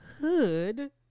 Hood